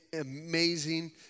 amazing